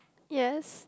yes